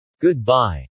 Goodbye